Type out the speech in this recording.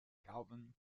calvin